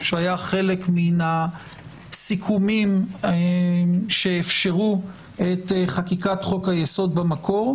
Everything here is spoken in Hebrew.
שהיה חלק מהסיכומים שאפשרו את חקיקת חוק היסוד במקור,